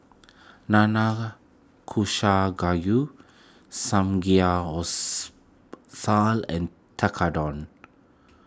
Nanakusa Gayu and Tekkadon